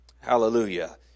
Hallelujah